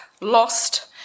lost